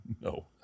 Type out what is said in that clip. No